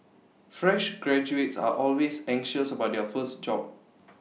fresh graduates are always anxious about their first job